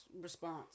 response